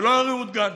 ולא על ריהוט גן,